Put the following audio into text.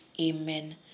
Amen